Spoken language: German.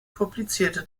publizierte